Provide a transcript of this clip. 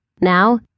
Now